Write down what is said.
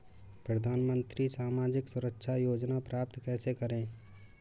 प्रधानमंत्री सामाजिक सुरक्षा योजना प्राप्त कैसे करें?